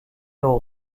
aux